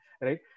right